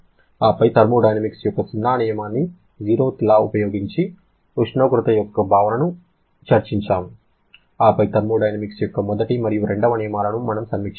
ఆపై థర్మోడైనమిక్స్ యొక్క సున్నా నియమాన్ని0th లా ఉపయోగించి ఉష్ణోగ్రత యొక్క భావనను చర్చించాము ఆపై థర్మోడైనమిక్స్ యొక్క మొదటి మరియు రెండవ నియమాలను మనము సమీక్షించాము